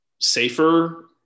safer